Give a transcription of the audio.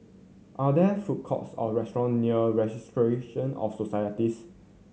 are there food courts or restaurant near of Societies